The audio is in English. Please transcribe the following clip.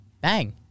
Bang